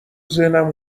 ذهنم